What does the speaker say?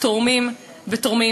תורמים ותורמים.